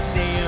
Say